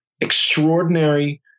extraordinary